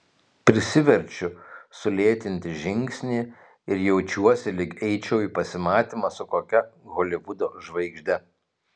prisiverčiu sulėtinti žingsnį ir jaučiuosi lyg eičiau į pasimatymą su kokia holivudo žvaigžde